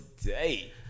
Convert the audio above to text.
today